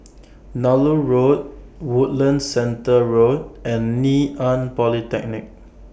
Nallur Road Woodlands Center Road and Ngee Ann Polytechnic